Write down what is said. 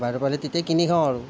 বাহিৰৰ পৰা আহে তেতিয়া কিনি খাওঁ আৰু